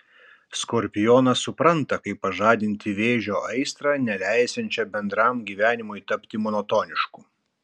skorpionas supranta kaip pažadinti vėžio aistrą neleisiančią bendram gyvenimui tapti monotonišku